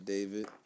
David